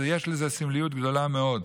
ויש לזה סמליות גדולה מאוד.